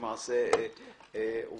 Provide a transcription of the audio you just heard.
כמעשה עובדתי.